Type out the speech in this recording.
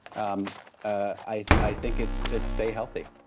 um i think it's it's stay healthy